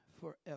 forever